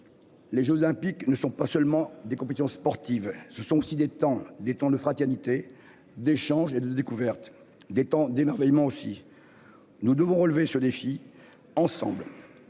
Les Jeux olympiques ne sont pas seulement des compétitions sportives. Ce sont aussi des temps, des temps de fraternité, d'échange et de découverte des temps d'émerveillement aussi. Nous devons relever ce défi ensemble.